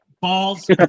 Balls